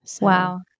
Wow